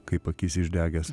kaip akis išdegęs